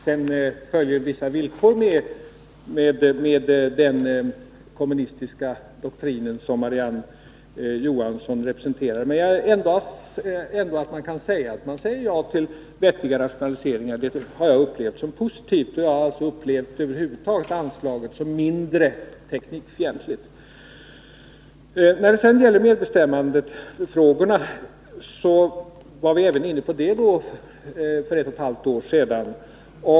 Sedan följer vissa villkor med den kommunistiska doktrinen som Marie-Ann Johansson representerar. Men det faktum att man ändå kan säga ja till vettiga rationaliseringar har jag upplevt som positivt. Och över huvud taget har jag upplevt anslaget som mindre teknikfientligt. När det gäller medbestämmandefrågorna så diskuterade vi även dem för ett och ett halvt år sedan.